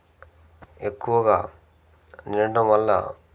ఎక్కువగా నిండటం వల్ల